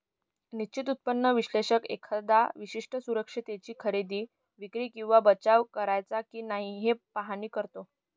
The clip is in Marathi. निश्चित उत्पन्न विश्लेषक एखाद्या विशिष्ट सुरक्षिततेची खरेदी, विक्री किंवा बचाव करायचा की नाही याचे पाहणी करतो